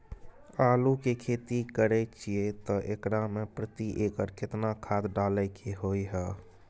आलू के खेती करे छिये त एकरा मे प्रति एकर केतना खाद डालय के होय हय?